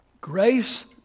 Grace